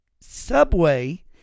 subway